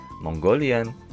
Mongolian